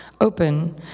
open